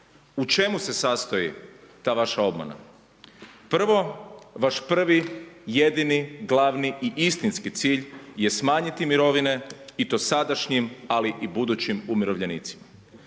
U čemu se sastoji ta vaša obmana? Prvo, vaš prvi, jedini, glavni i istinski cilj je smanjiti mirovine i to sadašnjim ali i budućim umirovljenicima.